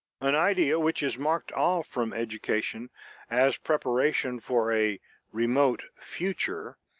an idea which is marked off from education as preparation for a remote future,